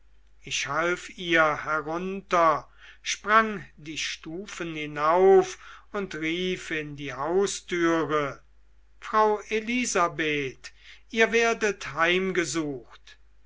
ich half ihr herunter sprang die stufen hinauf und rief in die haustüre frau elisabeth ihr werdet heimgesucht